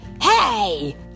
Hey